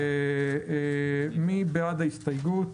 מי בעד קבלת ההסתייגות?